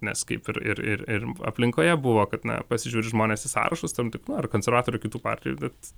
nes kaip ir ir ir ir aplinkoje buvo kad na pasižiūri žmonės į sąrašus tam tikrų ar konservatorių kitų partijų bet